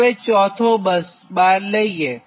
હવે ચોથો બસબાર લઇએ